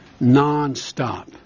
nonstop